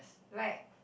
like